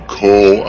call